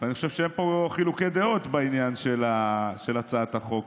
ואני חושב שאין פה חילוקי דעות בעניין של הצעת החוק